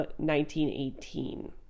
1918